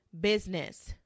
business